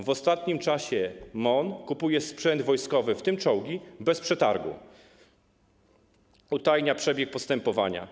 W ostatnim czasie MON kupuje sprzęt wojskowy, w tym czołgi, bez przetargu, utajnia przebieg postępowania.